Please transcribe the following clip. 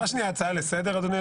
אפשר לקבל הצעה לסדר?